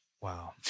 Wow